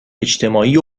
اجتماعی